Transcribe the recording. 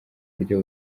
buryo